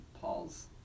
Paul's